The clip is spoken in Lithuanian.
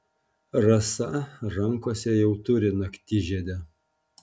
rasa rankose jau turi naktižiedę